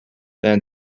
than